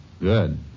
Good